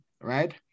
right